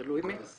תלוי מי.